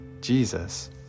Jesus